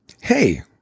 Hey